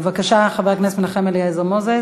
בבקשה, חבר הכנסת מנחם אליעזר מוזס.